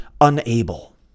unable